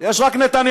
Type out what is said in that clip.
יש רק נתניהו.